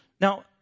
Now